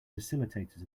facilitators